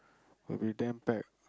will be damn packed